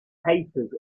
papers